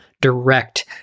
direct